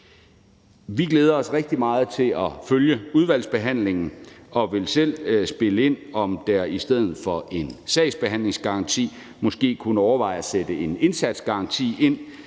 Vi glæder os rigtig meget til at følge udvalgsbehandlingen og vil selv spille ind, i forhold til om det i stedet for en sagsbehandlingsgaranti måske kunne overvejes at sætte en indsatsgaranti ind,